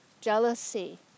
jealousy